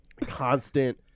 constant